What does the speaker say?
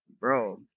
Bro